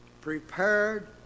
prepared